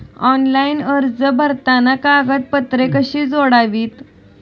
Online अर्ज भरताना कागदपत्रे कशी जोडावीत?